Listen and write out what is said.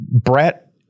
Brett